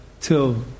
till